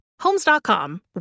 Homes.com